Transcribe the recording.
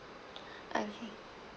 okay